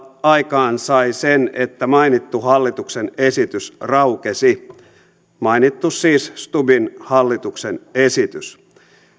aikaansai sen että mainittu hallituksen esitys raukesi siis mainittu stubbin hallituksen esitys